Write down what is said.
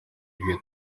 yibwe